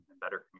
better